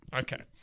Okay